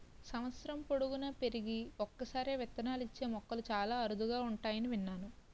సంవత్సరం పొడువునా పెరిగి ఒక్కసారే విత్తనాలిచ్చే మొక్కలు చాలా అరుదుగా ఉంటాయని విన్నాను